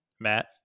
Matt